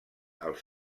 els